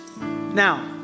Now